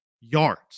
yards